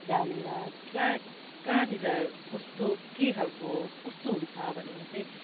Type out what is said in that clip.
जानेर कहाँ कहाँनिर कस्तो के खाले कस्तो हुन्छ भनेर चाहिँ